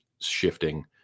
shifting